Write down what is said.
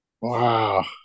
Wow